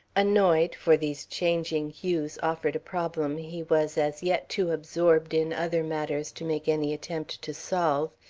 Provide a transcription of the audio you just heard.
annoyed, for these changing hues offered a problem he was as yet too absorbed in other matters to make any attempt to solve,